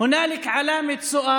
( ולכן יש סימן שאלה